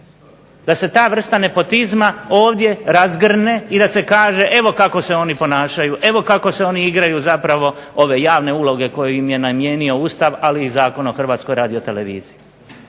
da se ta vrsta nepotizma ovdje razgrne i da se kaže evo kako se oni ponašaju, evo kako se oni igraju zapravo ove javne uloge koju im je namijenio Ustav ali i Zakon o Hrvatskoj radioteleviziji.